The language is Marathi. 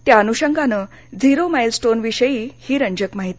त्या अनुषंगानं झिरो माईल स्टोनविषयीही रंजक माहिती